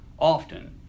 often